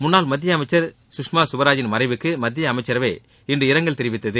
முன்னாள் மத்திய அமைச்சர் சுஷ்மா சுவராஜின் மறைவுக்கு மத்திய அமைச்சரவை இன்று இரங்கல் தெரிவித்தவு